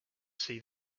see